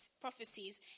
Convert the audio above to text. prophecies